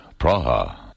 Praha